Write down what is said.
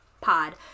pod